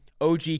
OG